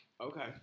Okay